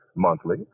monthly